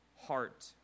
heart